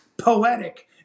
poetic